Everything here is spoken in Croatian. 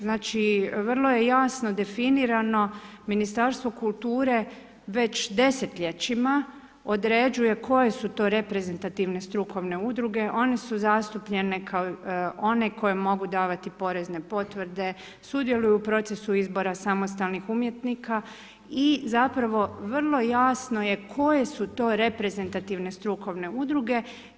Znači, vrlo je jasno definirano, Ministarstvo kulture, već desetljećima, određuje koje su to reprezentativne strukovne udruge, one su zastupljene, kao one koje mogu davati porezne potvrde, sudjeluju u procesu izbora samostalnih umjetnika i zapravo vrlo jasno je koje su to reprezentativne strukovne udruge.